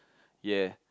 ya